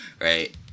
right